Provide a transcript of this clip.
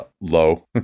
low